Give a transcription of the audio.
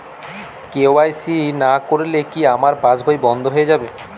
KYC না করলে কি আমার পাশ বই বন্ধ হয়ে যাবে?